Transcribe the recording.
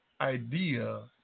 idea